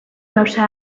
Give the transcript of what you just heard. gauza